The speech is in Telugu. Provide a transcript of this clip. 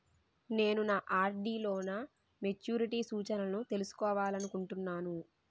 నేను నా ఆర్.డి లో నా మెచ్యూరిటీ సూచనలను తెలుసుకోవాలనుకుంటున్నాను